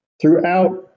throughout